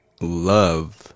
Love